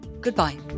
Goodbye